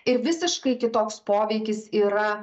ir visiškai kitoks poveikis yra